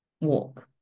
walk